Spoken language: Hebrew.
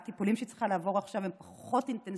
הטיפולים שהיא צריכה לעבור עכשיו הם פחות אינטנסיביים